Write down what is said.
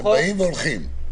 הם באים והולכים.